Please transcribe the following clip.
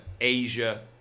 Asia